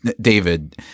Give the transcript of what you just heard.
David